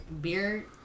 beer